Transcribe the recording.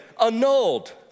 annulled